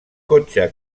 cotxe